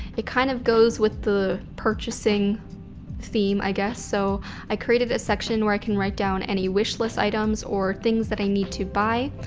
it kind of goes with the purchasing theme, i guess. so i created a section where i can write down any wishlist items or things that i need to buy.